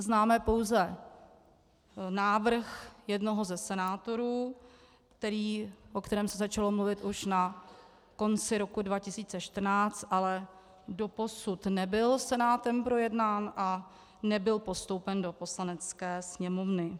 Známe pouze návrh jednoho ze senátorů, o kterém se začalo mluvit už na konci roku 2014, ale doposud nebyl Senátem projednán a nebyl postoupen do Poslanecké sněmovny.